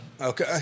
Okay